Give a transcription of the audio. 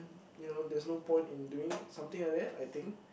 you know there's no point in doing something like that I think